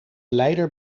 leider